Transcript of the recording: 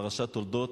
פרשת תולדות,